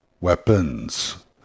weapons